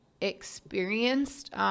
experienced